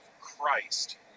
Christ